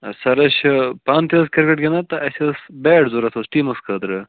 سر أسۍ چھِ پانہٕ تہِ حظ کرکٹ گندان تہٕ اَسہِ ٲس بیٹ ضوٚرتھ حظ ٹیٖمَس خٲطرٕ